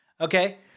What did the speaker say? Okay